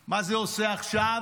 מה זה עושה עכשיו?